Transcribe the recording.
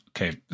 okay